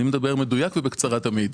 אני מדבר מדויק ובקצרה תמיד.